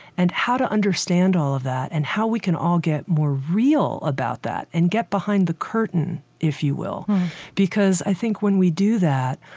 and how to understand all of that and how we can all get more real about that and get behind the curtain, if you will because i think when we do that,